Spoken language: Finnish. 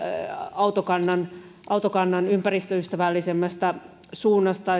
autokannan autokannan ympäristöystävällisemmästä suunnasta